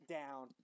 down